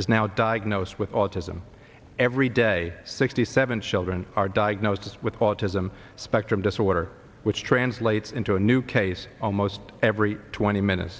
is now diagnosed with autism every day sixty seven children are diagnosed with autism spectrum disorder which translates into a new case almost every twenty minutes